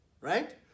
right